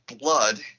blood